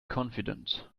confident